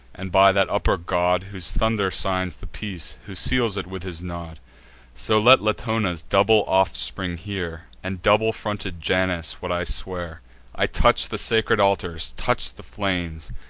and by that upper god whose thunder signs the peace, who seals it with his nod so let latona's double offspring hear, and double-fronted janus, what i swear i touch the sacred altars, touch the flames,